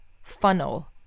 Funnel